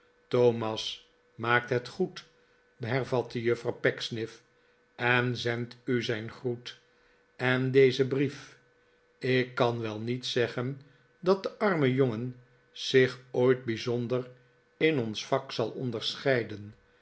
thomas maakt het goed hervatte pecksniff en zendt u zijn groet en dezen brief ik kan wel niet zeggen dat de arme jongen zich ooit bijzonder in ons vak zal onderscheiden